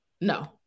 No